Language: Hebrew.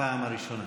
הפעם הראשונה.